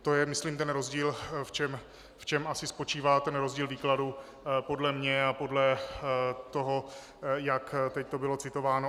To je myslím ten rozdíl, v čem asi spočívá rozdíl výkladu podle mě a podle toho, jak to teď bylo citováno.